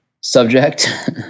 subject